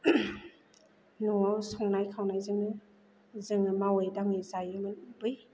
न'आव संनाय खावनायजोंनो जोङो मावै दाङै जायोमोन बै